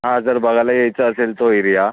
हां जर बघायला यायचं असेल तो एरिया